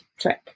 trick